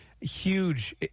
huge